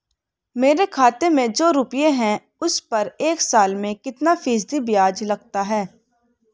मेरे खाते में जो रुपये हैं उस पर एक साल में कितना फ़ीसदी ब्याज लगता है?